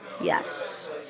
Yes